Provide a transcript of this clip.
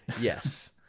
Yes